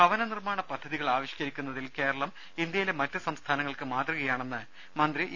ഭവന നിർമ്മാണ പദ്ധതികൾ ആവിഷ്കരിക്കുന്നതിൽ കേരളം ഇന്ത്യയിലെ മറ്റു സംസ്ഥാനങ്ങൾക്ക് മാതൃകയാണെന്ന് മന്ത്രി ഇ